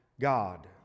God